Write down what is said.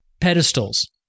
pedestals